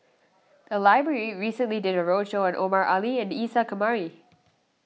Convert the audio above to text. the library recently did a roadshow on Omar Ali and Isa Kamari